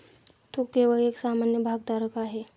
तो केवळ एक सामान्य भागधारक आहे